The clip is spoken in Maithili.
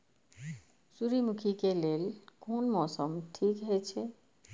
सूर्यमुखी के लेल कोन मौसम ठीक हे छे?